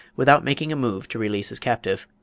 without making a move to release his captive.